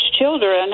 children